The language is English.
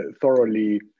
thoroughly